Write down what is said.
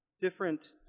different